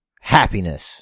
Happiness